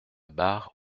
barre